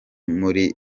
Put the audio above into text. muri